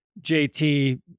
JT